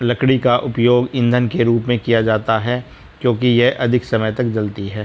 लकड़ी का उपयोग ईंधन के रूप में किया जाता है क्योंकि यह अधिक समय तक जलती है